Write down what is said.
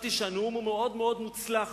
וחשבתי שהנאום מאוד מאוד מוצלח,